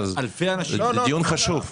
זה דיון חשוב.